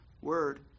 word